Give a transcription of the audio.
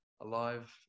alive